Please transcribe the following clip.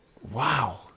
wow